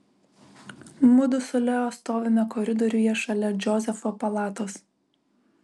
mudu su leo stovime koridoriuje šalia džozefo palatos